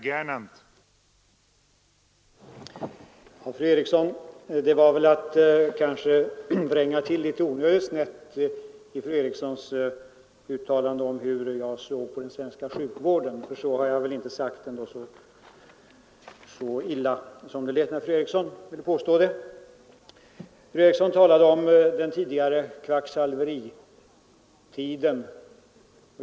Herr talman! Fru Eriksson i Stockholm kanske vrängde till det hela litet onödigt mycket i sitt uttalande om hur jag ser på den svenska sjukvården. Så illa har jag inte sagt att det är som det lät av fru Erikssons uttalande. Fru Eriksson talade om den tidigare kvacksalveritiden.